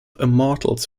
immortals